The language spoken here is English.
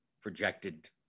projected